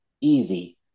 Easy